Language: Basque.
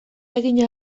egin